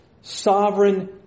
sovereign